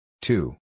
Two